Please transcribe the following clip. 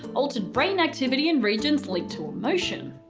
altered brain activity in regions linked to emotion.